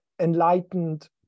enlightened